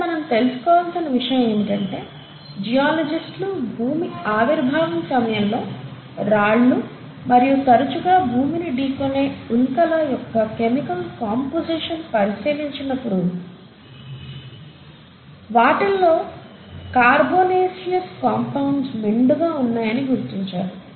ఇక్కడ మనం తెలుసుకోవాల్సిన విషయం ఏమిటంటే జియాలజిస్టులు భూమి ఆవిర్భావం సమయంలో రాళ్లు మరియు తరచుగా భూమిని ఢీకొనే ఉల్కల యొక్క కెమికల్ కంపోసిషన్ పరిశీలించినప్పుడు వాటిలో కార్బొనేసియస్ కంపౌండ్స్ మెండుగా ఉన్నాయని గుర్తించారు